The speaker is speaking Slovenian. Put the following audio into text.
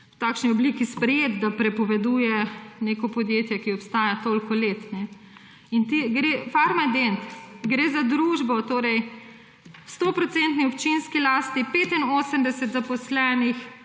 v takšni obliki sprejet, da prepoveduje neko podjetje, ki obstaja toliko let. Farmadent. Gre za družbo v 100-procentni občinski lasti, 85 zaposlenih,